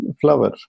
flower